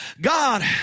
God